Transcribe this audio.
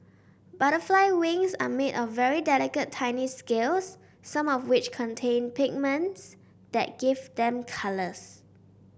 butterfly wings are made of very delicate tiny scales some of which contain pigments that give them colours